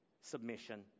submission